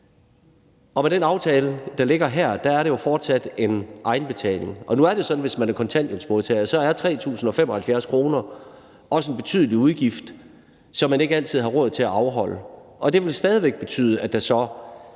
Med den aftale, der ligger her, er der jo fortsat en egenbetaling. Nu er det sådan, at hvis man er kontanthjælpsmodtager, er 3.075 kr. også en betydelig udgift, som man ikke altid har råd til at afholde, og det vil betyde, at der så